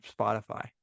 spotify